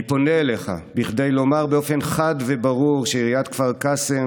אני פונה אליך בכדי לומר באופן חד וברור שעיריית כפר קאסם,